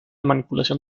manipulación